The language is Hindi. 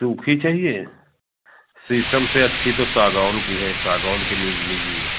सूखी चाहिए शीशम से अच्छी तो सागौन की है सागौन की ले लीजिए